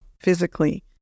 physically